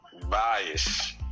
Bias